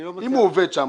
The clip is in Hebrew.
אם הוא עובד שם,